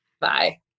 Bye